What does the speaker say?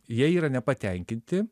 jie yra nepatenkinti